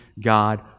God